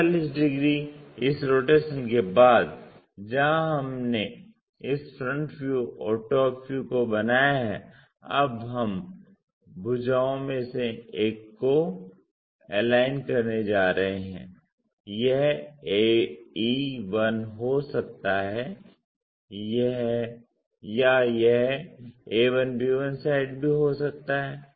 45 degree इस rotation के बाद जहां हमने इस फ्रंट व्यू और टॉप व्यू को बनाया है अब हम भुजाओं में से एक को एलाइन करने जा रहे हैं यह ae1 हो सकता है या यह a1b1 साइड भी हो सकता है